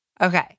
Okay